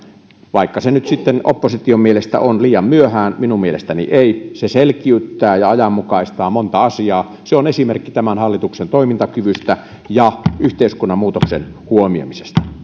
vaikka se nyt sitten opposition mielestä on liian myöhään minun mielestäni ei se selkiyttää ja ajanmukaistaa monta asiaa se on esimerkki tämän hallituksen toimintakyvystä ja yhteiskunnan muutoksen huomioimisesta